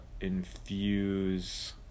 infuse